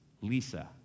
Lisa